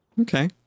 Okay